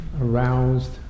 aroused